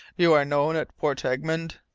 you are known at port egmont?